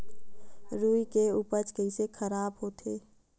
रुई के उपज कइसे खराब होथे?